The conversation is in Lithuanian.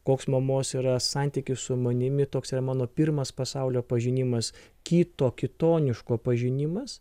koks mamos yra santykis su manimi toks yra mano pirmas pasaulio pažinimas kito kitoniško pažinimas